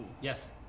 yes